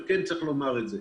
אבל כן צריך לומר אותו.